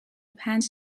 پنج